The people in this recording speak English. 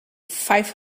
five